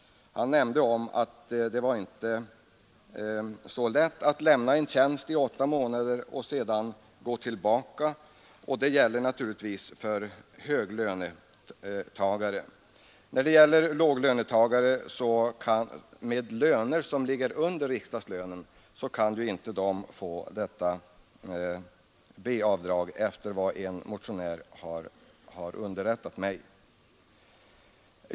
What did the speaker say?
Han nämnde att det inte var så lätt att lämna en tjänst under åtta månader och sedan gå tillbaka. Detta gällde för höglönetagare i såväl statlig som annan tjänst. Jag avstår nu från kommentar.